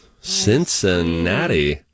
Cincinnati